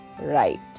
right